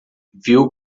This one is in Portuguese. viu